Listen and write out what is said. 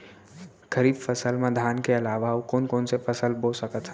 खरीफ फसल मा धान के अलावा अऊ कोन कोन से फसल बो सकत हन?